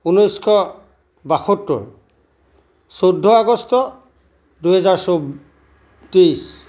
ঊনৈছশ বাসত্তৰ চৌধ্য আগষ্ট দুহেজাৰ চৌ তেইছ